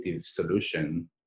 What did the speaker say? solution